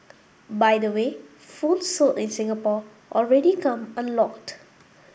by the way phones sold in Singapore already come unlocked